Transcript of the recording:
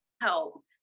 help